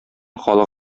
халык